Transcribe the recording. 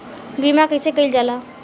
बीमा कइसे कइल जाला?